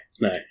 no